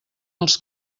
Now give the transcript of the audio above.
els